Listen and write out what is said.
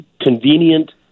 convenient